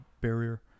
barrier